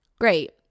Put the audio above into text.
great